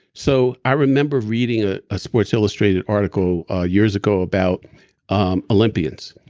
so i remember reading ah a sports illustrated article years ago about um olympians.